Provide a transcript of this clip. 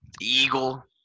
Eagle